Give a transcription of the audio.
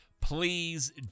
please